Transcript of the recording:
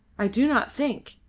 i do not think,